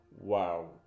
Wow